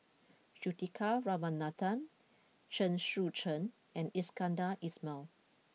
Juthika Ramanathan Chen Sucheng and Iskandar Ismail